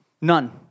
None